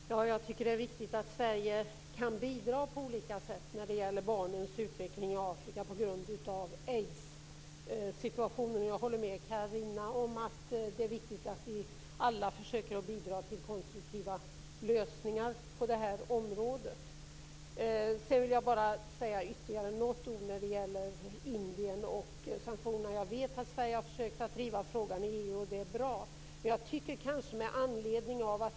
Fru talman! Jag tycker att det är viktigt att Sverige kan bidra på olika sätt när det gäller barnens utveckling i Afrika till följd av aidssituationen. Jag håller med Carina Hägg om att det är viktigt att vi alla försöker bidra till konstruktiva lösningar på detta område. Jag vill bara säga ytterligare något ord när det gäller Indien och sanktionerna. Jag vet att Sverige har försökt att driva frågan i EU, och det är bra.